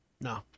No